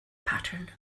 pattern